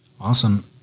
awesome